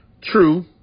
True